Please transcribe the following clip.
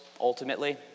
ultimately